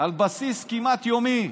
על בסיס כמעט יומי,